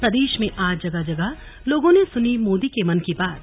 प्रदेश में आज जगह जगह लोगों ने सुनी मोदी के मन की बात